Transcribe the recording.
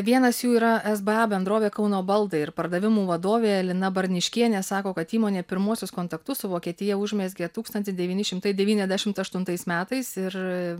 vienas jų yra sba bendrovė kauno baldai ir pardavimų vadovė lina barniškienė sako kad įmonė pirmuosius kontaktus su vokietija užmezgė tūkstantis devyni šimtai devyniasdešimt aštuntais metais ir